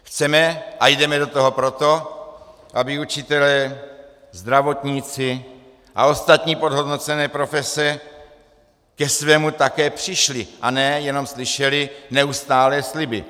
Chceme a jdeme do toho proto, aby učitelé, zdravotníci a ostatní podhodnocené profese ke svému také přišli a ne jenom slyšeli neustálé sliby.